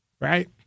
right